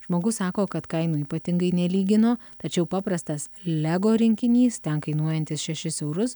žmogus sako kad kainų ypatingai nelygino tačiau paprastas lego rinkinys ten kainuojantis šešis eurus